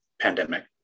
pandemic